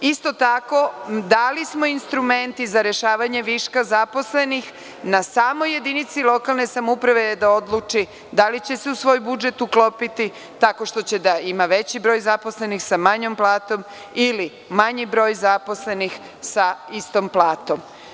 Isto tako, dali smo i instrument za rešavanje viška zaposlenih, na samoj jedinici lokalne samouprave je da odluči da li će se u svoj budžet uklopiti tako što će da ima veći broj zaposlenih sa manjom platom ili manji broj zaposlenih sa istom platom.